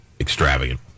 extravagant